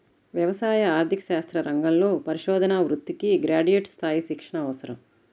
వ్యవసాయ ఆర్థిక శాస్త్ర రంగంలో పరిశోధనా వృత్తికి గ్రాడ్యుయేట్ స్థాయి శిక్షణ అవసరం